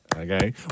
Okay